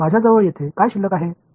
माझ्याजवळ येथे काय शिल्लक आहे